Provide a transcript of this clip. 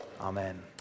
Amen